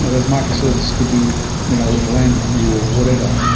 as microservices could be you know in a lambda queue, or whatever,